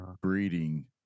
breeding